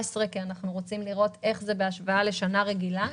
כי אנחנו רוצים לראות איך זה בהשוואה לשנה רגילה,